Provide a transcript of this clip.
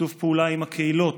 בשיתוף פעולה עם הקהילות.